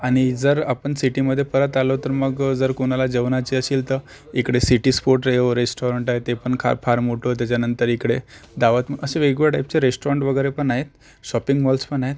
आणि जर आपण सिटीमध्ये परत आलो तर मग जर कोणाला जेवणाची असेल तर इकडे सिटी स्पोर्ट हे रेस्टॉरंट आहे ते पण कार फार मोठं त्याच्यानंतर इकडे दावत म असे वेगवेगळ्या टाइपचे रेस्टॉरंट वगैरे पण आहेत शॉपिंग मॉल्स पण आहेत